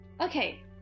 okay